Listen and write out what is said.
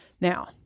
now